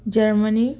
Germany